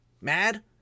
mad